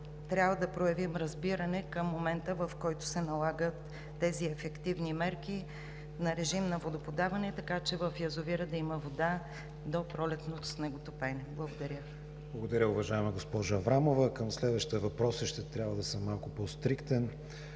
Трябва да проявим разбиране към момента, в който се налагат тези ефективни мерки на режим на водоподаване, така че в язовира да има вода до пролетното снеготопене. Благодаря. ПРЕДСЕДАТЕЛ КРИСТИАН ВИГЕНИН: Благодаря, уважаема госпожо Аврамова. Към следващите въпроси ще трябва да съм малко по-стриктен.